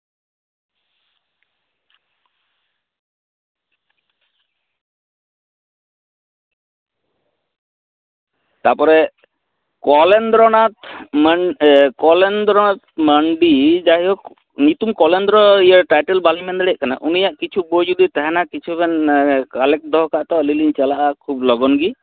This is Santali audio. ᱛᱟᱯᱚᱨᱮ ᱠᱚᱞᱮᱱᱫᱨᱚᱱᱟᱛᱷ ᱢᱟᱱ ᱠᱚᱞᱮᱱᱫᱨᱚᱱᱟᱛᱷ ᱢᱟᱱᱰᱤ ᱡᱟᱭᱦᱳᱠ ᱧᱩᱛᱩᱢ ᱠᱚᱞᱮᱱᱫᱨᱚ ᱴᱟᱭᱴᱮᱞ ᱵᱟᱞᱤᱧ ᱞᱟᱹᱭ ᱫᱟᱲᱮᱭᱟᱜ ᱠᱟᱱᱟ ᱩᱱᱤᱭᱟᱜ ᱠᱤᱪᱷᱩ ᱵᱳᱭ ᱡᱩᱫᱤ ᱛᱟᱦᱮᱱᱟ ᱠᱤᱪᱷᱩ ᱵᱮᱱ ᱠᱟᱞᱮᱠᱴ ᱫᱚᱦᱚ ᱠᱟᱜᱼᱟ ᱛᱚ ᱟᱞᱤᱧ ᱞᱤᱧ ᱪᱟᱞᱟᱜᱼᱟ ᱠᱷᱩᱵ ᱞᱚᱜᱚᱱ ᱜᱮ